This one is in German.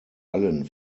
allen